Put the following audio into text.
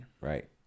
Right